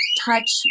touch